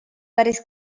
päris